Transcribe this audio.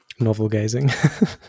Novelgazing